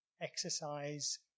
Exercise